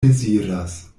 deziras